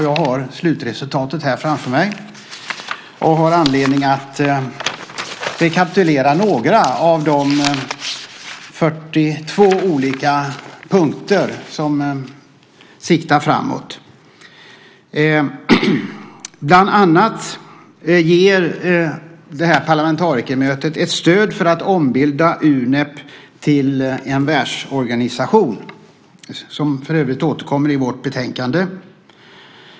Jag har slutresultatet här framför mig och har anledning att rekapitulera några av de 42 olika punkter som siktar framåt. Parlamentarikermötet ger bland annat stöd för att ombilda Unep till en världsorganisation, något som för övrigt återkommer i vårt betänkande.